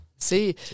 See